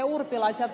urpilaiselta